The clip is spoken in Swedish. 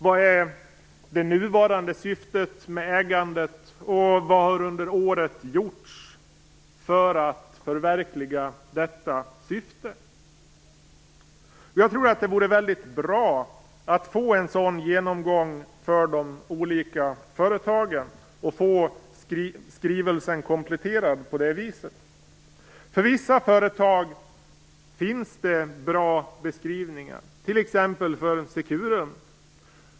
Vad är det nuvarande syftet med ägandet, och vad har under året gjorts för att förverkliga detta syfte? Jag tror att det vore väldigt bra att få en sådan genomgång för de olika företagen och på det viset få skrivelsen kompletterad. För vissa företag finns det bra beskrivningar, t.ex. för Securum.